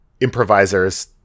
improvisers